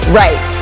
right